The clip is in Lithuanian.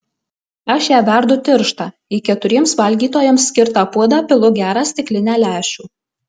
aš ją verdu tirštą į keturiems valgytojams skirtą puodą pilu gerą stiklinę lęšių